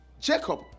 Jacob